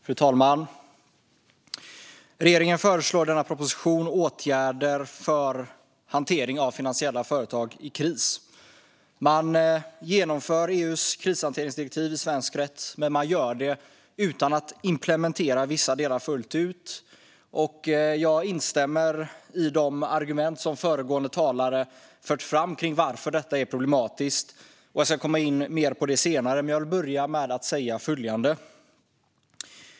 Fru talman! Regeringen föreslår i denna proposition åtgärder för hantering av finansiella företag i kris. Man genomför EU:s krishanteringsdirektiv i svensk rätt, men man gör det utan att implementera vissa delar fullt ut. Jag instämmer i de argument som föregående talare fört fram gällande varför detta är problematiskt. Jag ska komma in mer på det senare, men jag vill börja med att säga följande.